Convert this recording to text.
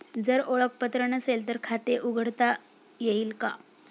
जर ओळखपत्र नसेल तर खाते उघडता येईल का?